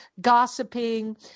gossiping